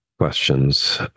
questions